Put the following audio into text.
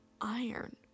iron